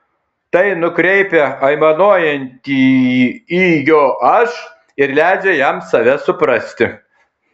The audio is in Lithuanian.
tai nukreipia aimanuojantįjį į jo aš ir leidžia jam save suprasti